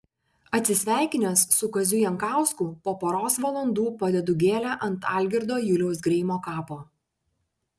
atsisveikinęs su kaziu jankausku po poros valandų padedu gėlę ant algirdo juliaus greimo kapo